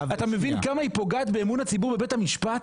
אתה מבין כמה היא פוגעת באמון הציבור בבית המשפט?